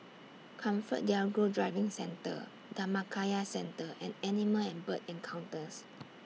ComfortDelGro Driving Centre Dhammakaya Centre and Animal and Bird Encounters